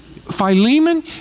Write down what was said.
Philemon